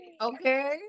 Okay